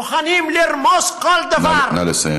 מוכנים לרמוס כל דבר, נא לסיים.